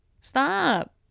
Stop